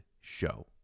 show